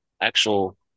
Actual